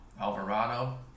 Alvarado